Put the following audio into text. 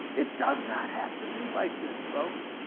it does not have to be like this folks.